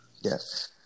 Yes